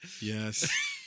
yes